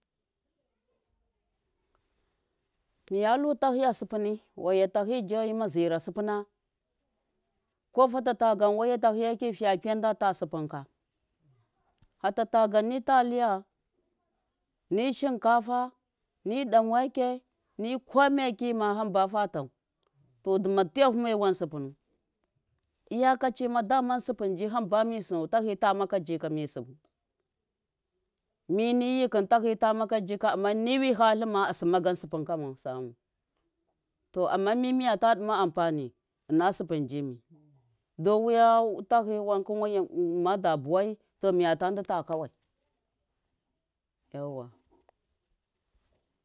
Myahi tahiya supuni waiyatahi jeyimazira supuna ko fa ta ta gam waiya tahiyeki fiya piya data supunka fata ta gam nit aliya ni shinkafa ni dun wake ni kome ki ma hamba fitau to duma tiyafu mai wan supunu iyakachima dama supun hamba misunau ta hitama kajikami subu miniyikun tahitama kajika amma niwi halun kama a summa gam supunkama samu tominiyikum miyata duma ampani ina supun jimi don wiya tahi mada buwai to miya ta di ta kawai yauwa.